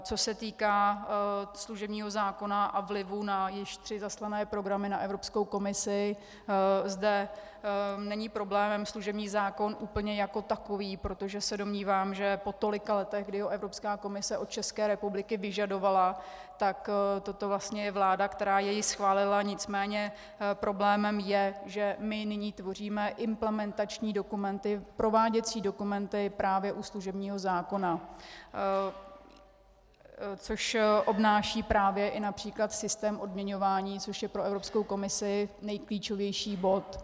Co se týká služebního zákona a vlivu na již tři zaslané programy na Evropskou komisi, zde není problémem služební zákon úplně jako takový, protože se domnívám, že po tolika letech, kdy ho Evropská komise od České republiky vyžadovala, tak toto vlastně je vláda, která jej schválila, nicméně problémem je, že my nyní tvoříme implementační dokumenty, prováděcí dokumenty právě u služebního zákona, což obnáší právě i například systém odměňování, což je pro Evropskou komisi nejklíčovější bod.